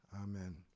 Amen